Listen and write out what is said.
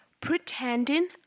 pretending